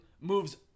moves